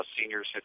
seniors